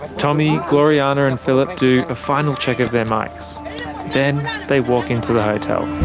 tommy, gloriana and philip do a final check of their mics then they walk into the hotel.